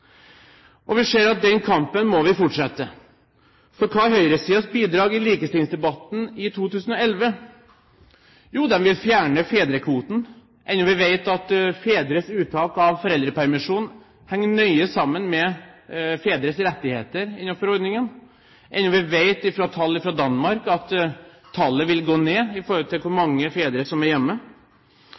og vi ser at den kampen må vi fortsette. For hva er høyresidens bidrag i likestillingsdebatten i 2011? Jo, de vil fjerne fedrekvoten, enda vi vet at fedres uttak av foreldrepermisjon henger nøye sammen med fedres rettigheter innenfor ordningen, enda vi vet ut fra tall fra Danmark at antallet fedre som er hjemme, da vil gå ned.